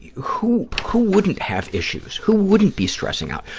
yeah who who wouldn't have issues? who wouldn't be stressing out?